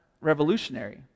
revolutionary